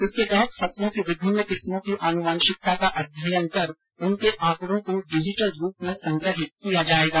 इसके तहत फसलों की विभिन्न किस्मों की आनुवांशिकता का अध्ययन कर उनके आँकडों को डिजिटल रूप में संग्रहित किया जायेगा